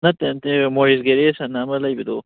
ꯅꯠꯇꯦ ꯅꯠꯇꯦ ꯃꯣꯔꯦꯁ ꯒꯦꯔꯦꯁ ꯍꯥꯏꯅ ꯑꯃ ꯂꯩꯕꯗꯣ